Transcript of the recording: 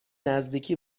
نزدیکی